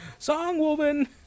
Songwoven